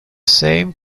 same